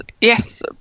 yes